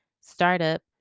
startup